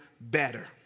better